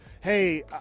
hey